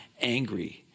angry